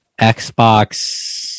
Xbox